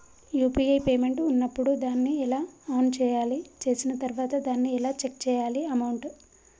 UPI payment ఉన్నప్పుడు దాన్ని ఎలా ఆన్ చేయాలి? చేసిన తర్వాత దాన్ని ఎలా చెక్ చేయాలి అమౌంట్?